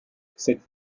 cette